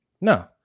No